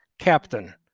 Captain